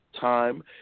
time